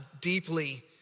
deeply